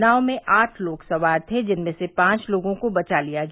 नाव में आठ लोग सवार थे जिनमें से पांव लोगों को बवा लिया गया